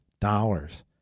Dollars